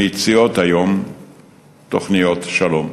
מציעה היום תוכניות שלום.